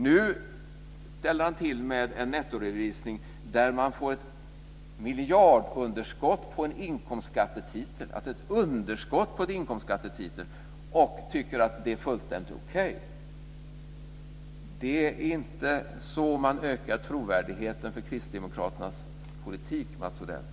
Nu ställer han till med en nettoredovisning där man får ett miljardunderskott på en inkomstskattetitel, och han tycker att det är fullständigt okej. Det är inte så man ökar trovärdigheten för kristdemokraternas politik, Mats Odell.